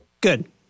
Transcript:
Good